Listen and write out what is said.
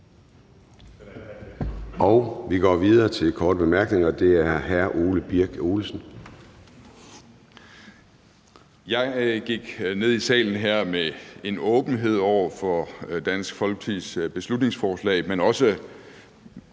Den første er fra hr. Ole Birk Olesen. Kl. 10:09 Ole Birk Olesen (LA): Jeg gik ned i salen her med en åbenhed over for Dansk Folkepartis beslutningsforslag, men også